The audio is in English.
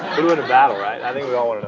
who'd win a battle, right? i think we all want to